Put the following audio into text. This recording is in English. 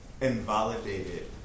invalidated